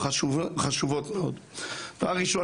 דבר ראשון,